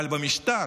אבל במשטר